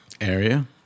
area